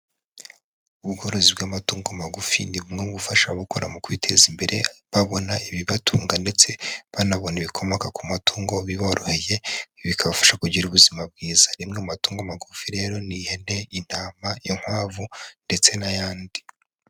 Ubworozi bw'amatungo magufi ni bumwe mu bufasha ababukora mu kwiteza imbere babona ibibatunga ndetse banabona ibikomoka ku matungo biboroheye, bikabafasha kugira ubuzima bwiza. Rimwe mu matungo magufi rero ni ihene, intama, inkwavu ndetse n'ayandi.